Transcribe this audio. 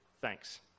thanks